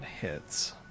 hits